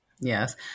Yes